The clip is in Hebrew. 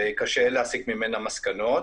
וקשה להסיק ממנה מסקנות,